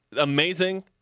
amazing